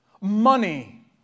Money